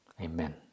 Amen